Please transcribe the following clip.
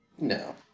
No